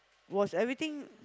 was everything